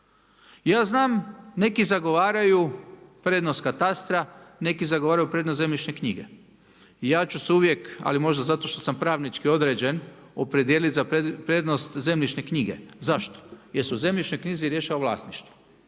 Ja znam, neki zagovaraju prednost katastra, neki zagovaraju prednost zemljišne knjige i ja ću se uvijek, ali možda zato što sam pravnički određen, opredijeliti za prednost zemljišne knjige. Zašto? Jer se u zemljišnoj knjizi rješava vlasništvo.